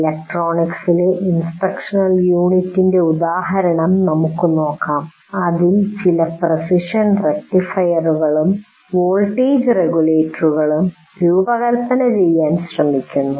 ഇലക്ട്രോണിക്സിലെ instructional യൂണിറ്റിന്റെ ഉദാഹരണം നമുക്ക് നോക്കാം അതിൽ ചില പ്രസിഷൻ റക്റ്റിഫയറുകളും വോൾട്ടേജ് റെഗുലേറ്ററുകളും രൂപകൽപ്പന ചെയ്യാൻ ശ്രമിക്കുന്നു